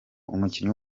umukinnyi